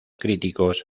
críticos